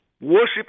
worship